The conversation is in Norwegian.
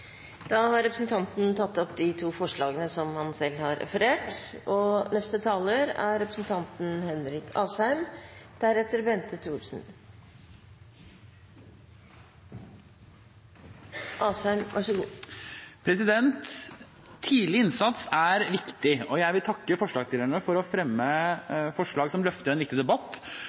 har alene eller sammen med andre. Representanten Christian Tynning Bjørnø har tatt opp de to forslagene han refererte til. Tidlig innsats er viktig, og jeg vil takke forslagsstillerne for å fremme forslag som løfter en viktig debatt. Jeg